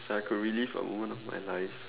if I could relieve a moment of my life